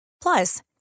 Plus